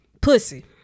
pussy